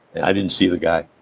i didn't see the guy,